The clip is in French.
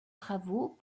travaux